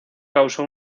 causó